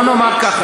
בוא נאמר ככה,